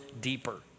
deeper